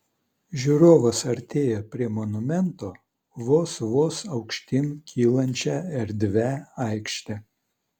žiūrovas artėja prie monumento vos vos aukštyn kylančia erdvia aikšte